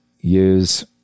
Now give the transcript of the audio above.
use